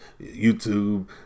YouTube